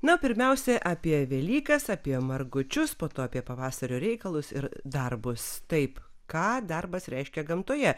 na pirmiausia apie velykas apie margučius po to apie pavasario reikalus ir darbus taip ką darbas reiškia gamtoje